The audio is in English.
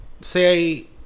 Say